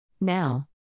Now